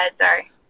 Sorry